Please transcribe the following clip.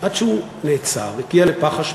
עד שהוא נעצר, הגיע לפח אשפה,